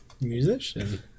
musician